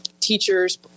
Teachers